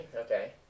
Okay